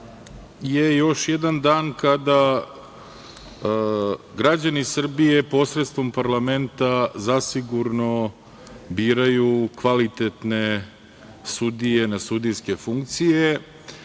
je još jedan dan kada građani Srbije posredstvom parlamenta, zasigurno biraju kvalitetne sudije na sudijske funkcije